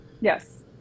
Yes